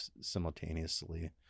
simultaneously